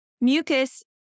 Mucus